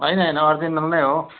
होइन होइन अरिजिनल नै हो